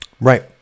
right